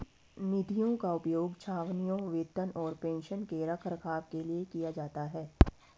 निधियों का उपयोग छावनियों, वेतन और पेंशन के रखरखाव के लिए किया जाता है